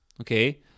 Okay